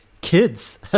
kids